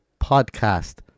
Podcast